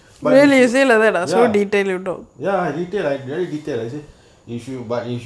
but issue ya ya I detailed I very detailed as say issue but issue